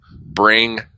bring